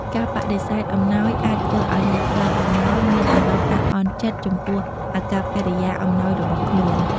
ការបដិសេធអំណោយអាចធ្វើឲ្យអ្នកផ្តល់អំណោយមានអារម្មណ៍អាក់អន់ចិត្តចំពោះអាកប្បកិយាអំណោយរបស់ខ្លួន។